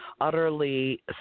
Utterly